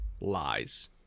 lies